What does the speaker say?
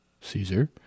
Caesar